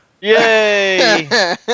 Yay